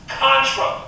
contra